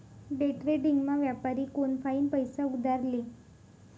डेट्रेडिंगमा व्यापारी कोनफाईन पैसा उधार ले